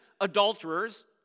adulterers